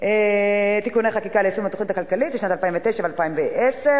(תיקוני חקיקה ליישום התוכנית הכלכלית לשנים 2009 ו-2010),